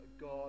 God